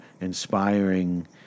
inspiring